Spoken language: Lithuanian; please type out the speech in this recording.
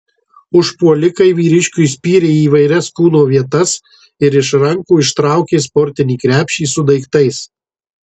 užpuolikai vyriškiui spyrė į įvairias kūno vietas ir iš rankų ištraukė sportinį krepšį su daiktais